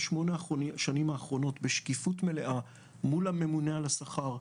הדסה בשמונה השנים האחרונות בשקיפות מלאה מול הממונה על השכר,